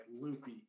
loopy